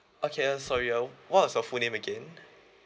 okay uh sorry uh what was your full name again